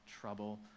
trouble